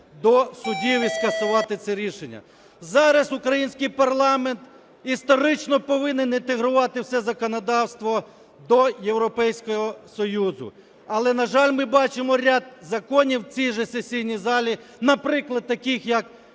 до судів і скасувати це рішення. Зараз український парламент історично повинен інтегрувати все законодавство до Європейського Союзу. Але на жаль, ми бачимо ряд законів у цій же сесійній залі, наприклад, таких як